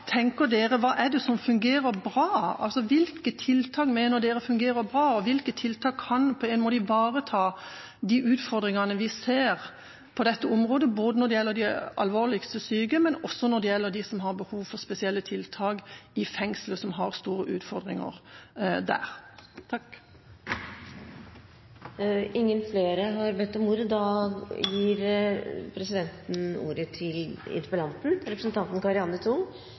dere tenker? Hva og hvilke tiltak mener dere fungerer bra, og hvilke tiltak kan ivareta de utfordringene vi ser på dette området, både når det gjelder de alvorligste syke, og når det gjelder dem som har behov for spesielle tiltak i fengslet, som har store utfordringer der?